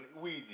Ouija